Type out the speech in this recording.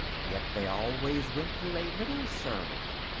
yet they always went through a little ceremony.